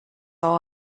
all